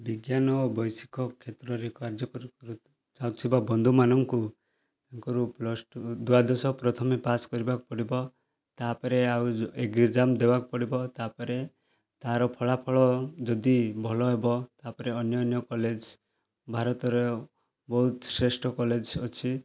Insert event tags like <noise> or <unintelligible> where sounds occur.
ବିଜ୍ଞାନ ଓ ବୈଷୟିକ କ୍ଷେତ୍ରରେ କାର୍ଯ୍ୟ କରୁଥିବା ବନ୍ଧୁମାନଙ୍କୁ <unintelligible> ପ୍ଲସ୍ ଟୁ ଦ୍ୱାଦଶ ପ୍ରଥମେ ପାସ୍ କରିବାକୁ ପଡ଼ିବ ଆଉ ଏକ୍ଜାମ୍ ଦେବାକୁ ପଡ଼ିବ ତା'ପରେ ତା'ର ଫଳାଫଳ ଯଦି ଭଲ ହେବ ତା'ପରେ ଅନ୍ୟ ଅନ୍ୟ କଲେଜ୍ ଭାରତର ବହୁତ ଶ୍ରେଷ୍ଠ କଲେଜ୍ ଅଛି